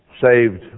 saved